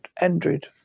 Andred